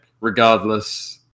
regardless